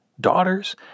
daughters